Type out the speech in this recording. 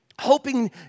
hoping